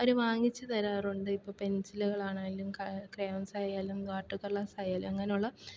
അവര് വാങ്ങിച്ച് തരാറുണ്ട് ഇപ്പം പെൻസിലുകളാണേലും ക ക്രയോൺസായാലും വാട്ടർ കളേഴ്സായാലും അങ്ങനെ ഉള്ള